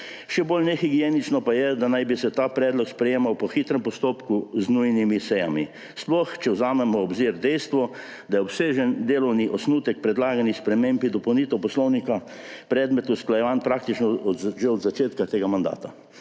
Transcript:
Še bolj nehigienično pa je, da naj bi se ta predlog sprejemal po hitrem postopku z nujnimi sejami, sploh če vzamemo v obzir dejstvo, da je obsežen delovni osnutek predlaganih sprememb in dopolnitev Poslovnika predmet usklajevanj praktično že od začetka tega mandata.